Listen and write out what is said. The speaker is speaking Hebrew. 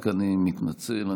אני מתנצל,